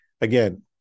again